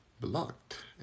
Blocked